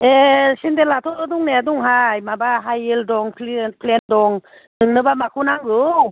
ए सेन्देलाथ' दंनाया दङहाय माबा हाइ हिल दं फ्लेट दं नोंनोबा माखौ नांगौ